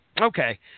okay